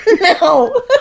No